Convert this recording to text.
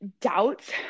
doubts